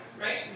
right